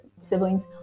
siblings